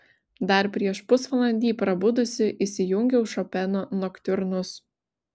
dar prieš pusvalandį prabudusi įsijungiau šopeno noktiurnus